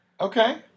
Okay